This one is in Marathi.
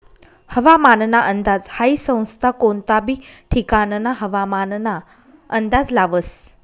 हवामानना अंदाज हाई संस्था कोनता बी ठिकानना हवामानना अंदाज लावस